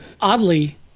Oddly